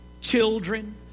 children